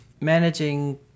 managing